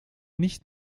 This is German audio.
nicht